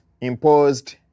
imposed